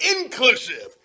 inclusive